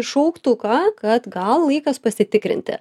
į šauktuką kad gal laikas pasitikrinti